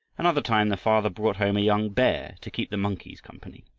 another time the father brought home a young bear to keep the monkeys company,